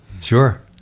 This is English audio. Sure